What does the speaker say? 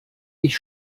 ich